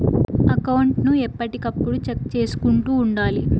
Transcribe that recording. account ను ఎప్పటికప్పుడు check చేసుకుంటూ ఉండాలి